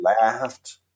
laughed